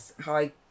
Hi